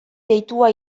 deitua